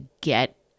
get